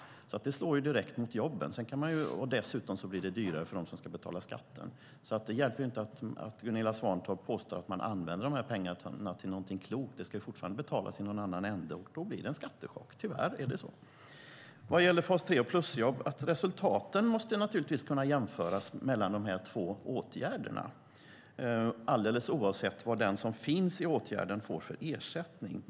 Det slår direkt mot jobben och dessutom blir det dyrare för dem som ska betala skatten. Det hjälper alltså inte att Gunilla Svantorp säger att man använder de här pengarna till någonting klokt. Det ska fortfarande betalas i någon annan ända, och då blir det en skattechock. Tyvärr är det så. Vad gäller fas 3 och plusjobb måste naturligtvis resultaten kunna jämföras mellan de två åtgärderna alldeles oavsett vad den som finns i åtgärden får för ersättning.